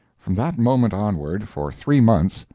from that moment onward, for three months,